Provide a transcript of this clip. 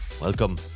Welcome